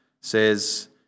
says